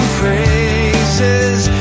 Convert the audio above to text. praises